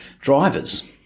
drivers